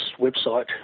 website